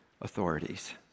authorities